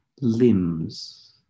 limbs